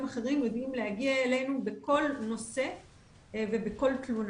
אחרים יודעים להגיע אלינו בכל נושא ובכל תלונה.